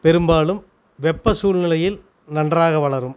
பெரும்பாலும் வெப்ப சூழ்நிலையில் நன்றாக வளரும்